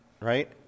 right